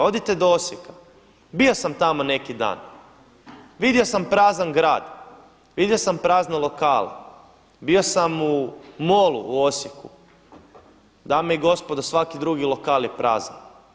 Odite do Osijeka, bio sam tamo neki dan vidio sam prazan grad, vidio sam prazne lokale, bio sam u Mallu u Osijeku dame i gospodo svaki drugi lokal je prazan.